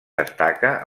destaca